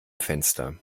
fenster